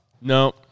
No